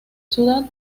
ciudad